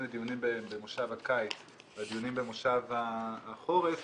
הדיונים במושב הקיץ לדיונים במושב החורף